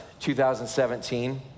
2017